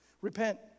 Repent